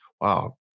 Wow